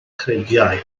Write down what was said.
creigiau